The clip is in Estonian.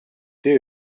töö